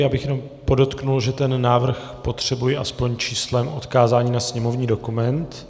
Já bych jenom podotkl, že ten návrh potřebuji aspoň číslem odkázat na sněmovní dokument.